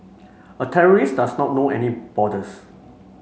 a terrorist does not know any borders